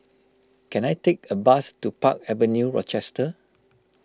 can I take a bus to Park Avenue Rochester